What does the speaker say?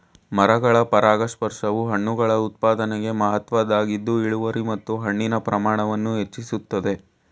ಮರಗಳ ಪರಾಗಸ್ಪರ್ಶವು ಹಣ್ಣುಗಳ ಉತ್ಪಾದನೆಗೆ ಮಹತ್ವದ್ದಾಗಿದ್ದು ಇಳುವರಿ ಮತ್ತು ಹಣ್ಣಿನ ಪ್ರಮಾಣವನ್ನು ಹೆಚ್ಚಿಸ್ತದೆ